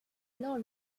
alors